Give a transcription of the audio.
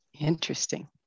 Interesting